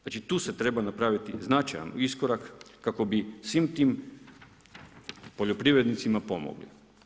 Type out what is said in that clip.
Znači, tu se treba napraviti značajan iskorak kako bi svim tim poljoprivrednicima pomogli.